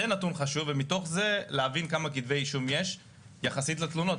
זה נתון חשוב ומתוך זה צריך להבין כמה כתבי אישום יש יחסית לתלונות.